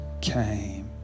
came